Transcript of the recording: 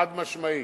חד-משמעית,